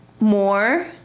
more